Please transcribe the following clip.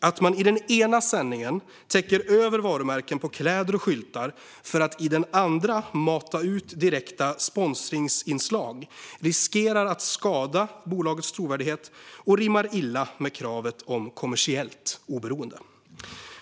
Att man i den ena sändningen täcker över varumärken på kläder och skyltar för att i den andra mata ut direkta sponsringsinslag riskerar att skada bolagets trovärdighet och rimmar illa med kravet om kommersiellt oberoende.